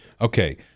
Okay